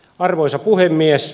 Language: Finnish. arvoisa puhemies